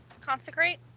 Consecrate